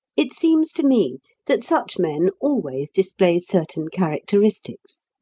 it seems to me that such men always display certain characteristics.